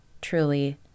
truly